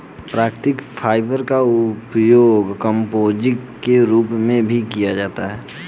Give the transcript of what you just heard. प्राकृतिक फाइबर का उपयोग कंपोजिट के रूप में भी किया जाता है